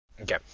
Okay